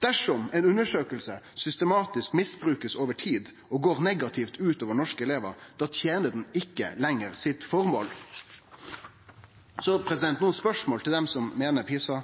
Dersom ei undersøking systematisk blir misbrukt over tid og går negativt ut over norske elevar, tener ho ikkje lenger sitt føremål. Nokre spørsmål til dei som meiner at PISA